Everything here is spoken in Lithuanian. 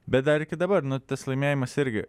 bet dar iki dabar nu tas laimėjimas irgi